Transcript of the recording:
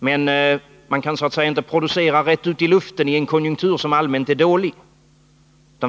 Men man kan inte producera rätt ut i luften i en konjunktur som allmänt är dålig.